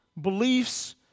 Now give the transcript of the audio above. beliefs